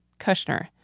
Kushner